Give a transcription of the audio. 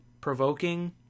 provoking